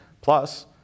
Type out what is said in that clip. plus